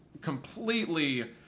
completely